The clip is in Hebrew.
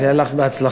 שיהיה לך בהצלחה.